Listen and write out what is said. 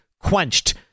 quenched